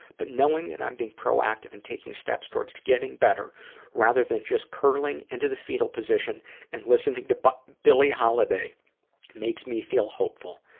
but knowing that i'm being proactive and taking steps towards getting better rather than just curling into the fetal position and listening to but billie holiday makes me feel hopeful.